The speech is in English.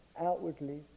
outwardly